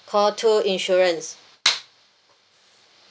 call two insurance